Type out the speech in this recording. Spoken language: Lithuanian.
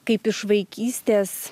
kaip iš vaikystės